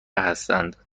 هستند